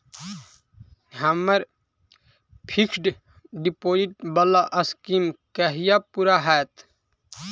हम्मर fixed deposit वला scheme कहिया पूरा हैत?